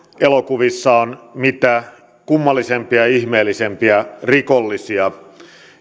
elokuvissa on mitä kummallisimpia ja ihmeellisimpiä rikollisia